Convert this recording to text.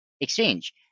exchange